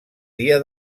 dia